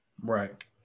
Right